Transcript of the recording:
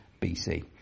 BC